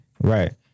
Right